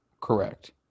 Correct